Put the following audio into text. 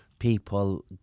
People